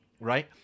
right